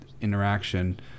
interaction